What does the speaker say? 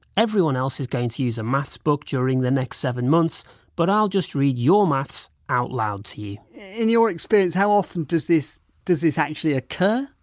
everyone else is going to use a maths book during the next seven months but i'll just read your maths out loud to you. whitein your experience how often does this does this actually occur,